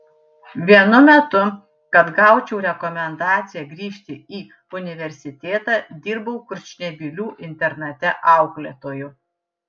vienu metu kad gaučiau rekomendaciją grįžti į universitetą dirbau kurčnebylių internate auklėtoju